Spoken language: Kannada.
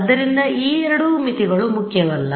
ಆದ್ದರಿಂದ ಈ ಎರಡು ಮಿತಿಗಳು ಮುಖ್ಯವಲ್ಲ